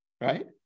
right